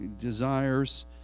desires